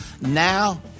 Now